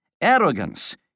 Arrogance